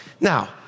Now